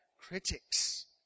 critics